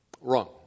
Wrong